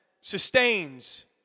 sustains